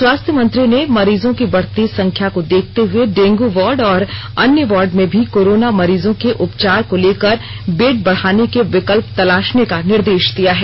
स्वास्थ्य मंत्री ने बढ़ती मरीजों को देखते हुए डेंगू वार्ड और अन्य वार्ड में भी कोरोना मरीजों के उपचार को लेकर बेड बढ़ाने के विकल्प तलांीाने का निर्देष दिया है